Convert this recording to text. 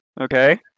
Okay